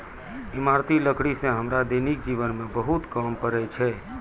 इमारती लकड़ी सें हमरा दैनिक जीवन म बहुत काम पड़ै छै